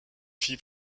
fille